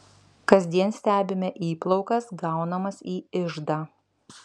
kasdien stebime įplaukas gaunamas į iždą